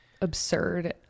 absurd